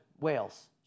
Whales